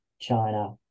China